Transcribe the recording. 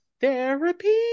therapy